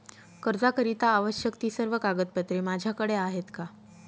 कर्जाकरीता आवश्यक ति सर्व कागदपत्रे माझ्याकडे आहेत का?